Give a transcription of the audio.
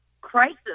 crisis